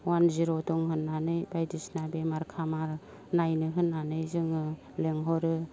अवान जिर' दं होननानै बायदिसिना बेमार खामार नायनो होननानै जोङो लिंहरो